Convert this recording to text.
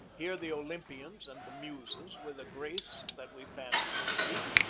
here the olympians and the muses, with a grace that we fancy was greek,